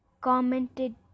commented